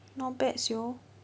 not bad [siol]